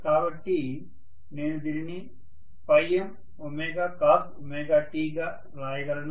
కాబట్టి నేను దీనిని mcost గా వ్రాయగలను